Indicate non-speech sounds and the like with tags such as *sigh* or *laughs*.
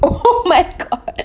oh my god *laughs*